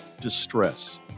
distress